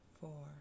four